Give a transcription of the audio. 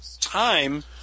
time